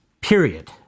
period